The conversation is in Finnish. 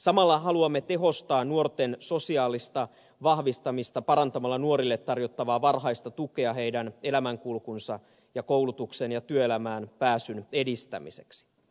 samalla haluamme tehostaa nuorten sosiaalista vahvistamista parantamalla nuorille tarjottavaa varhaista tukea heidän elämänkulkunsa ja koulutuksensa ja työelämään pääsynsä edistämiseksi